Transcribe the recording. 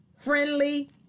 friendly